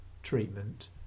treatment